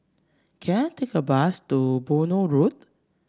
can I take a bus to Benoi Road